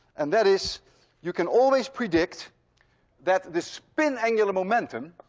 and that is you can always predict that the spin angular momentum